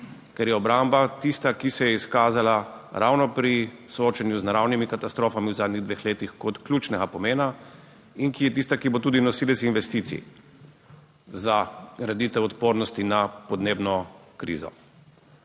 ker je obramba tista, ki se je izkazala ravno pri soočanju z naravnimi katastrofami v zadnjih dveh letih kot ključnega pomena in ki je tista, ki bo tudi nosilec investicij za graditev **2. TRAK: (JJ)